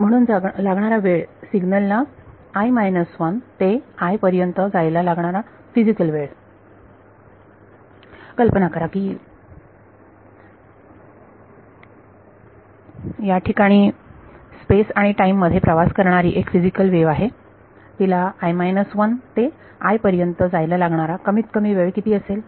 म्हणून लागणारा वेळ सिग्नल ला ते पर्यंत जायला लागणारा फिजिकल वेळ कल्पना करा की या ठिकाणी स्पेस आणि टाइम मध्ये प्रवास करणारी एक फिजिकल वेव्ह आहे तिला ते पर्यंत जायला लागणारा कमीतकमी वेळ किती असेल